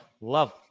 love